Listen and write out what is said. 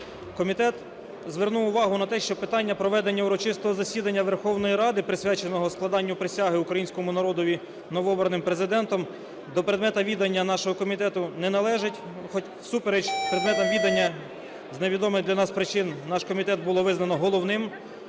Комітет звернув увагу на те, що питання проведення урочистого засідання Верховної Ради, присвяченого складенню присяги Українському народові новообраним Президентом, до предмету віддання нашого комітету не належить, хоч, всупереч предметам віддання, з невідомих для нас причин наш комітет було визнано головним